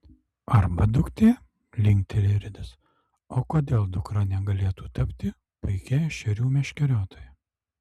arba duktė linkteli ridas o kodėl dukra negalėtų tapti puikia ešerių meškeriotoja